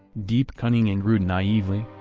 deep cunning and rude naively.